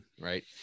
right